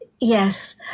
Yes